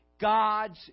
God's